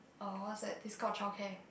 orh what's that this called child care